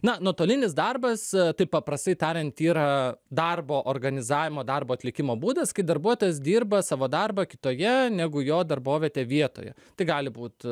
na nuotolinis darbas taip paprastai tariant yra darbo organizavimo darbo atlikimo būdas kai darbuotojas dirba savo darbą kitoje negu jo darbovietė vietoje tai gali būt